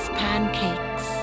pancakes